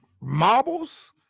Marbles